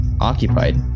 occupied